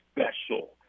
special